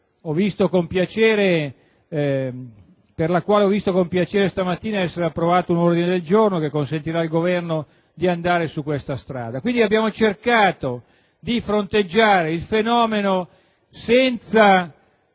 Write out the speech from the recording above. della quale ho visto con piacere stamattina che è stato approvato un ordine del giorno, che consentirà al Governo di proseguire su questa strada. Abbiamo quindi cercato di fronteggiare il fenomeno, senza